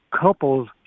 couples